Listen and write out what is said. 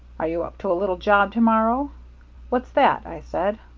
are you up to a little job to-morrow what's that i said.